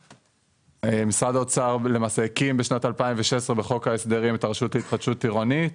משרד האוצר הקים בשנת 2013 את הרשות להתחדשות עירונית.